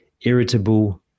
irritable